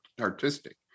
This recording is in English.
artistic